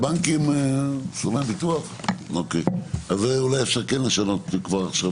זה אולי אפשר לשנות כבר עכשיו.